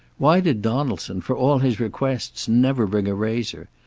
why did donaldson, for all his requests, never bring a razor,